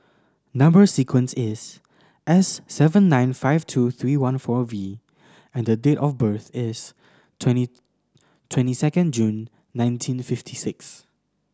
number sequence is S seven nine five two three one four V and date of birth is twenty second June nineteen fifty six